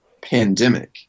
pandemic